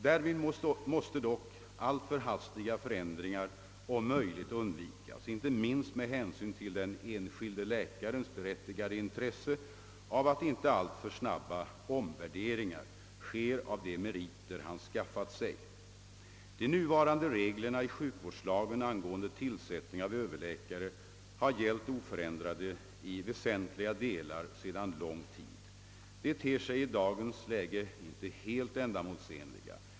Därvid måste dock alltför hastiga förändringar om möjligt undvikas, inte minst med hänsyn till den enskilde läkarens berättigade intresse av att inte alltför snabba omvärderingar sker av de meriter han skaffat sig. De nuvarande reglerna i sjukvårdslagen angående tillsättning av överläkare har gällt oförändrade i väsentliga delar sedan lång tid. De ter sig i dagens läge inte helt ändamålsenliga.